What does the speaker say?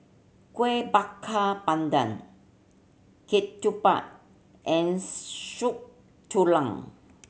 Kueh Bakar Pandan ketupat and Soup Tulang